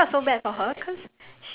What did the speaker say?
no no no no no no no